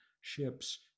ships